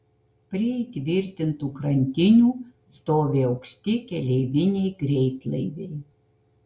prie įtvirtintų krantinių stovi aukšti keleiviniai greitlaiviai